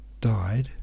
died